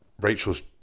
Rachel's